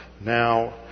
Now